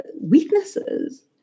weaknesses